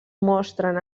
mostren